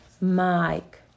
Mike